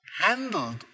handled